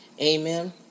Amen